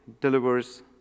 delivers